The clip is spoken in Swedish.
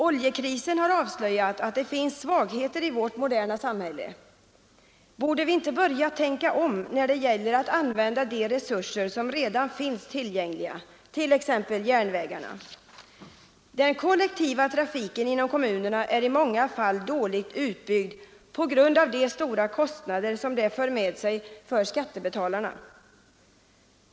Oljekrisen har avslöjat att det finns svagheter i vårt moderna samhälle. Borde vi inte börja tänka om när det gäller att använda de resurser som redan finns tillgängliga, t.ex. järnvägarna? Den kollektiva trafiken inom kommunerna är i många fall dåligt utbyggd på grund av de stora kostnader som en utbyggnad för med sig för skattebetalarna.